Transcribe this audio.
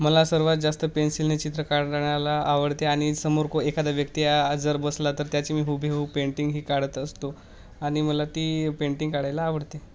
मला सर्वात जास्त पेन्सिलने चित्र काढण्याला आवडते आणि समोर को एखादा व्यक्ती जर बसला तर त्याची मी हूबेहूब पेंटिंगही काढत असतो आणि मला ती पेंटिंग काढायला आवडते